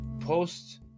post